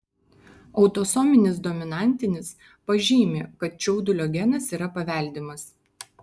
autosominis dominantinis pažymi kad čiaudulio genas yra paveldimas